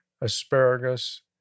asparagus